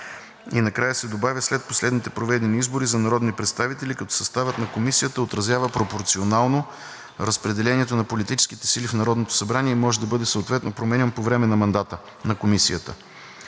и накрая се добавя „след последните проведени избори за народни представители, като съставът на Комисията отразява пропорционално разпределението на политическите партии в Народното събрание и може да бъде съответно променян по време на мандата на Комисията.“